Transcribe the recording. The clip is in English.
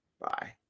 Bye